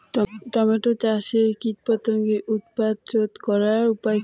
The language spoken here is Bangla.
টমেটো চাষে কীটপতঙ্গের উৎপাত রোধ করার উপায় কী?